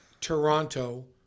Toronto